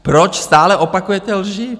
Proč stále opakujete lži?